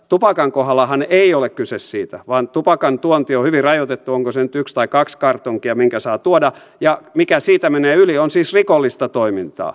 tupakan kohdallahan ei ole kyse siitä vaan tupakan tuonti on hyvin rajoitettua onko se nyt yksi tai kaksi kartonkia minkä saa tuoda ja mikä siitä menee yli on siis rikollista toimintaa